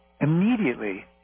immediately